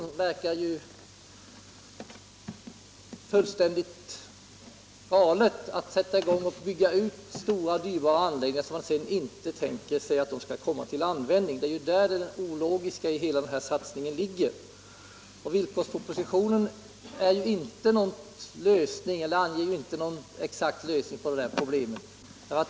Det verkar ju fullständigt galet att man sätter i gång och bygger ut stora och dyrbara anläggningar, som man räknar med inte skall komma till användning. Det är däri som det ologiska i hela denna satsning ligger. Villkorspropositionen anvisar ju inte någon exakt lösning på dessa problem.